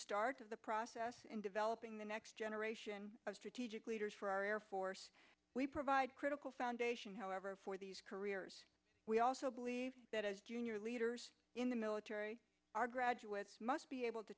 start of the process in developing the next generation of strategic leaders for our air force we provide critical foundation however for these careers we also believe that as junior leaders in the military our graduates must be able to